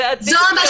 נכון, זו המשמעות.